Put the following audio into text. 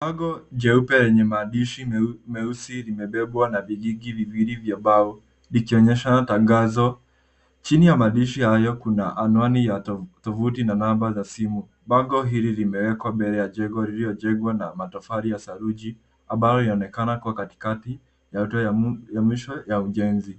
Bango jeupe lenye maandishi meusi limebebwa na vigingi viwili vya mbao vikionyesha tangazo. Chini ya maandishi hayo kuna anwani ya tovuti na namba za simu. Bango hili limewekwa mbele ya jengo lililojengwa na matofali ya saruji ambayo linaonekana kuwa katikati ya hatua ya mwisho ya ujenzi.